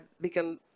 become